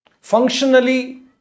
Functionally